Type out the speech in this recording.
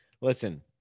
listen